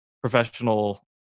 professional